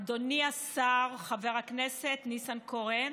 אדוני השר חבר הכנסת ניסנקורן,